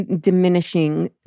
diminishing